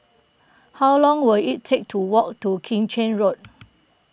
how long will it take to walk to Keng Chin Road